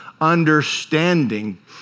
understanding